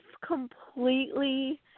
completely